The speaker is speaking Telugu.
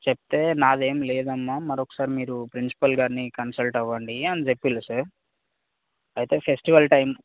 చెప్తే నాదేం లేదమ్మ మరొకసారి మీరు ప్రిన్సిపల్ గారిని కన్సల్ట్ అవ్వండి అని చెప్పిర్రు సార్ అయితే ఫెస్టివల్ టైమ్